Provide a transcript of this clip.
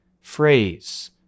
phrase